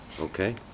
Okay